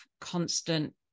constant